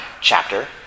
chapter